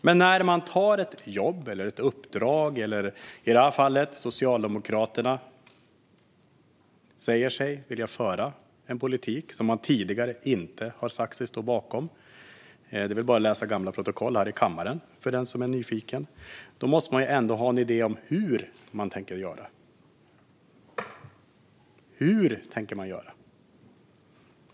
Men den som tar ett jobb eller ett uppdrag eller som, likt Socialdemokraterna i detta fall, säger sig vilja föra en politik som man tidigare har sagt sig inte stå bakom - för nyfikna är det bara att läsa gamla kammarprotokoll - måste ha en idé om hur den tänker göra. Hur tänker man göra?